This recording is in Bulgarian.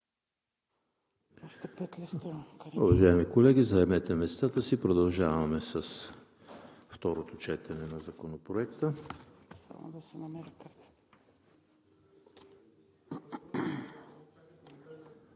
Уважаеми колеги, заемете местата си. Продължаваме с второто четене на Законопроекта.